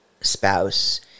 spouse